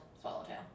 Swallowtail